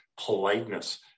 politeness